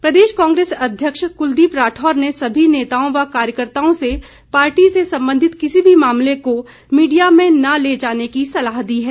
कांग्रेस प्रदेश कांग्रेस अध्यक्ष कुलदीप राठौर ने सभी नेताओं व कार्यकर्ताओं से पार्टी से संबंधित किसी भी मामले को मीडिया में न ले जाने की सलाह दी है